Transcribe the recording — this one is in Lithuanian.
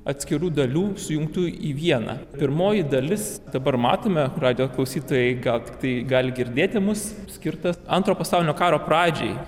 atskirų dalių sujungtų į vieną pirmoji dalis dabar matome radijo klausytojai gal tiktai gali girdėti mus skirtas antro pasaulinio karo pradžiai